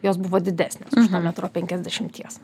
jos buvo didesnės už tą metro penkiasdešimties